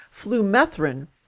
flumethrin